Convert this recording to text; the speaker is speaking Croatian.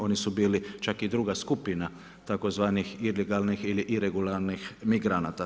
Oni su bili čak i druga skupina tzv. ilegalnih ili iregularnih migranata.